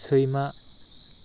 सैमा